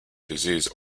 disease